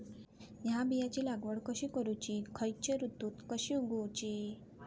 हया बियाची लागवड कशी करूची खैयच्य ऋतुत कशी उगउची?